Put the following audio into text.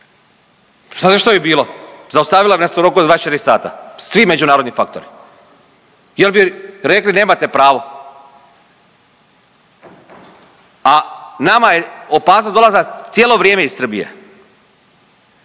Znate što bi bilo? Zaustavili bi nas u roku od 24 sata svi međunarodni faktori jer bi rekli nemate pravo. A nama je opasnost dolazila cijelo vrijeme iz Srbije.